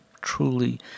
truly